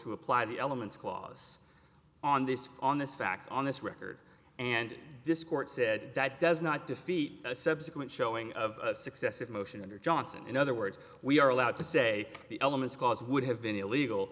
to apply the elements clause on this on this facts on this record and discord said that does not defeat a subsequent showing of successive motion under johnson in other words we are allowed to say the elements cause would have been illegal